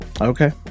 Okay